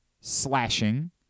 slashing